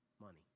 money